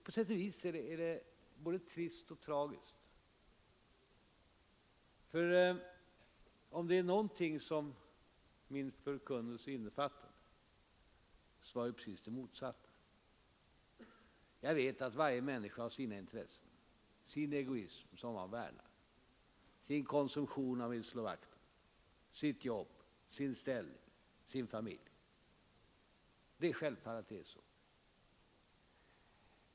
På sätt och vis är det både trist och tragiskt, för om det var någonting som min förkunnelse innefattade så var det precis motsatsen. Jag vet att varje människa har sina intressen, sin egoism som hon värnar, sin konsumtion som hon vill slå vakt om, sitt jobb, sin ställning, sin familj. Det är självfallet att det är så.